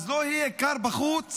אז לא יהיה קר בחוץ?